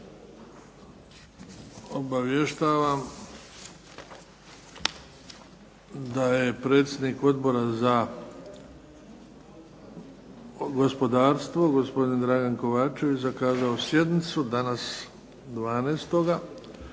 Obavještavam da je predsjednik Odbora za gospodarstvo, gospodin Dragan Kovačević zakazao sjednicu, danas